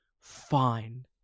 fine